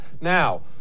Now